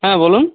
হ্যাঁ বলুন